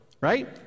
right